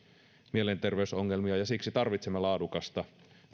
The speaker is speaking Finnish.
mielenterveysongelmia ja siksi tarvitsemme laadukasta